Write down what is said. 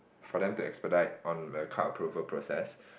for them to expedite on the card approval process